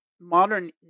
modern